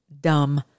dumb